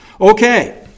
Okay